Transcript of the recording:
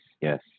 yes